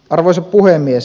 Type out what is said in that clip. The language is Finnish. arvoisa puhemies